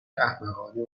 احمقانه